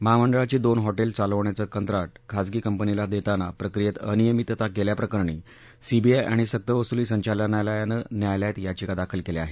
महामंडळाची दोन हॉटेल चालवण्याचं कंत्राट खाजगी कंपनीला देताना प्रक्रियत अनियभितता केल्याप्रकरणी सीबीआय आणि सक्तवसुली संचालनालयानं न्यायालयात याचिका दाखल केल्या आहेत